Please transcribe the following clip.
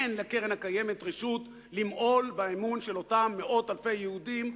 אין לקרן הקיימת רשות למעול באמון של אותם מאות אלפי יהודים,